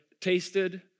tasted